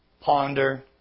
ponder